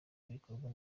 bikorwa